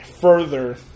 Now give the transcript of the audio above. further